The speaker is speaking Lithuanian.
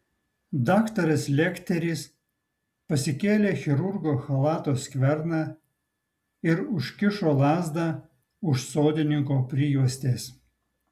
daktaras lekteris pasikėlė chirurgo chalato skverną ir užkišo lazdą už sodininko prijuostės